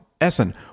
Essen